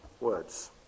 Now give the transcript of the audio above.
words